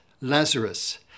Lazarus